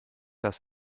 das